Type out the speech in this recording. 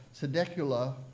sedecula